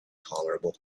tolerable